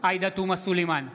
עאידה תומא סלימאן,